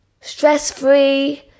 stress-free